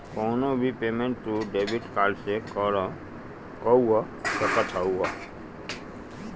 कवनो भी पेमेंट तू डेबिट कार्ड से कअ सकत हवअ